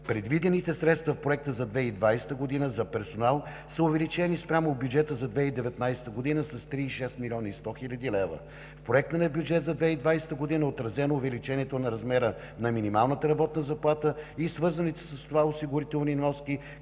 Предвидените средства в проекта за 2020 г. за персонал са увеличени спрямо бюджета за 2019 г. с 36 млн. 100 хил. лв. В проекта на бюджет за 2020 г. е отразено увеличението на размера на минималната работна заплата и свързаните с това осигурителни вноски,